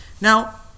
Now